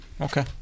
Okay